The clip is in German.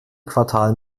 quartal